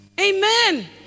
Amen